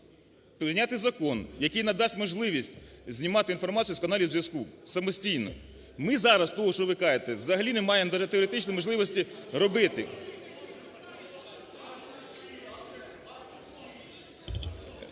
прийняти закон, який надасть можливість знімати інформацію з каналів зв'язку самостійно. Ми зараз того, що ви кажете, взагалі не маємо даже теоретично можливості робити.